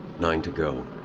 nine to go.